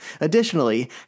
Additionally